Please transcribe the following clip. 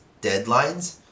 deadlines